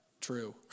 true